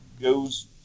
goes